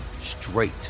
straight